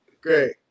great